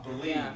Believe